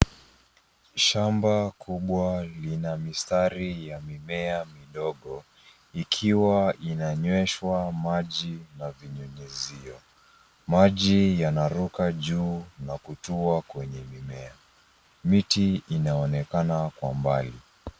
Shamba kubwa lina mistari ya mimea midogo ikiwa inanyweshwa maji na vinyunyizio. Maji yanaruka juu na kutua kwenye mimea. Miti inaonekana kwa umbali.